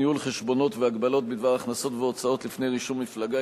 ניהול חשבונות והגבלות בדבר הכנסות והוצאות לפני רישום מפלגה),